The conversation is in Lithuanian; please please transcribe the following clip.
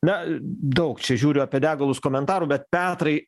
na daug čia žiūriu apie degalus komentarų bet petrai